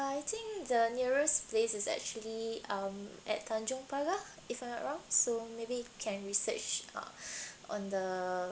I think the nearest place is actually um at tanjong pagar if I'm not wrong so maybe can research uh on the